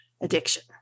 addiction